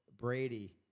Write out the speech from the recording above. Brady